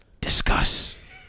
Discuss